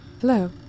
Hello